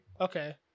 Okay